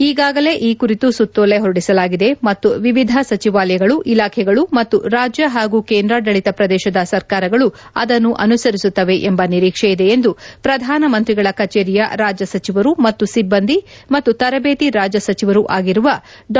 ಈಗಾಗಲೇ ಈ ಕುರಿತು ಸುತ್ತೋಲೆ ಹೊರಡಿಸಲಾಗಿದೆ ಮತ್ತು ವಿವಿಧ ಸಚಿವಾಲಯಗಳು ಇಲಾಖೆಗಳು ಮತ್ತು ರಾಜ್ಯ ಹಾಗೂ ಕೇಂದ್ರಾಡಳತ ಪ್ರದೇಶದ ಸರ್ಕಾರಗಳು ಅದನ್ನು ಅನುಸರಿಸುತ್ತವೆ ಎಂಬ ನಿರೀಕ್ಷೆಯಿದೆ ಎಂದು ಪ್ರಧಾನ ಮಂತ್ರಿಗಳ ಕಛೇರಿಯ ರಾಜ್ಯ ಸಚಿವರು ಮತ್ತು ಸಿಭ್ಗಂದಿ ಮತ್ತು ತರಬೇತಿ ರಾಜ್ಯ ಸಚಿವರೂ ಆಗಿರುವ ಡಾ